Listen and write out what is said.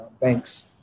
bank's